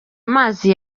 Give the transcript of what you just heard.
amazi